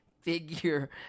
figure